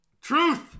Truth